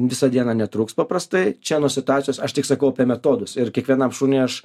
visą dieną netruks paprastai čia nuo situacijos aš tik sakau apie metodus ir kiekvienam šuniui aš